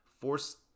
force